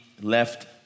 left